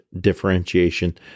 differentiation